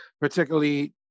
particularly